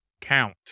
count